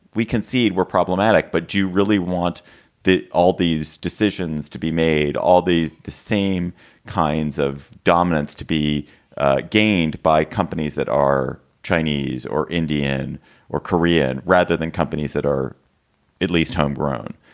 we concede we're problematic. but do you really want all all these decisions to be made, all these the same kinds of dominance to be gained by companies that are chinese or indian or korean rather than companies that are at least home grown?